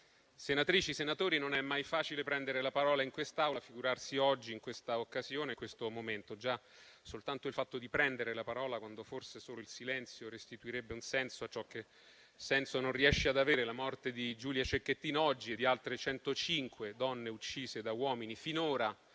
senatrici e senatori, non è mai facile prendere la parola in quest'Aula, figurarsi oggi, in questa occasione e in questo momento. Già soltanto il fatto di prendere la parola - quando forse solo il silenzio restituirebbe un senso a ciò che senso non riesce ad avere, la morte di Giulia Cecchettin oggi e di altre 105 donne uccise da uomini finora